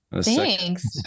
thanks